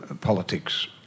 politics